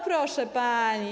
Proszę pani.